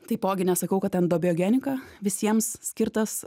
taipogi nesakau kad endobiogenika visiems skirtas